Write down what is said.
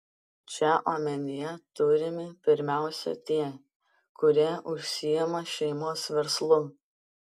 čia omenyje turimi pirmiausia tie kurie užsiima šeimos verslu